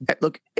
Look